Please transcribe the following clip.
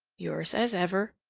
yours as ever,